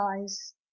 eyes